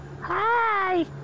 Hi